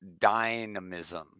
dynamism